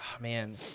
Man